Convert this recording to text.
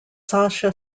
sasha